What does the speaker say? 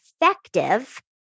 effective